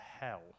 hell